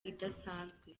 idasanzwe